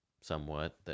somewhat